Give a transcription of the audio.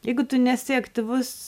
jeigu tu nesi aktyvus